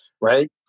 right